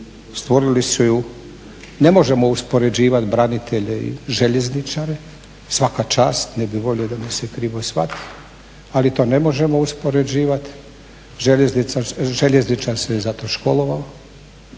stvorili su ju, ne možemo uspoređivati branitelje i željezničare, svaka čast, ne bih volio da me se krivo shvati, ali to ne možemo uspoređivati. Željezničar se za to školovao,